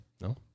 no